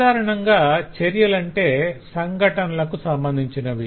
సాధారణంగా చర్యలంటే సంఘటనలకు సంబంధించినవి